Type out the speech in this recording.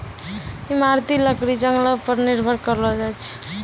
इमारती लकड़ी जंगलो पर निर्भर करलो जाय छै